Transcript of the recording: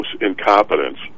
incompetence